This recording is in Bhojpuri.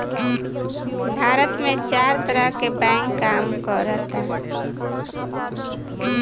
भारत में चार तरह के बैंक काम करऽता